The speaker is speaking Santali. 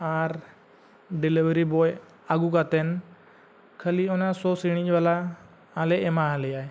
ᱟᱨ ᱰᱮᱞᱤᱵᱷᱟᱨᱤ ᱵᱚᱭ ᱟᱹᱜᱩ ᱠᱟᱛᱮᱱ ᱠᱷᱟᱞᱤ ᱚᱱᱟ ᱥᱚ ᱥᱤᱬᱤᱡᱵᱟᱞᱟ ᱟᱞᱮ ᱮᱢᱟᱦᱟᱞᱮᱭᱟᱭ